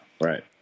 right